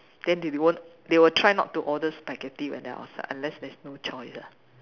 then they won't they will try not to order spaghetti when they're outside unless there's no choice